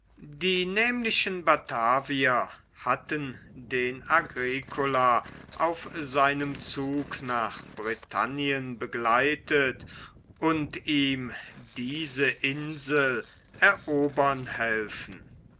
die nämlichen batavier hatten den agricola auf seinem zug nach britannien begleitet und ihm diese insel erobern helfen